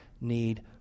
need